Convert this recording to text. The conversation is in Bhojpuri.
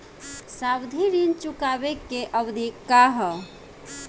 सावधि ऋण चुकावे के अवधि का ह?